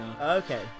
Okay